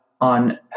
on